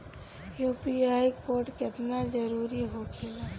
UPI code केतना जरुरी होखेला?